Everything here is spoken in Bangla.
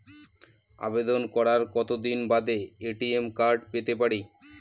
আবেদন করার কতদিন বাদে এ.টি.এম কার্ড পেতে পারি?